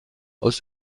aus